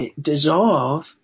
dissolve